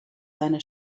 seine